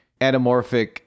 anamorphic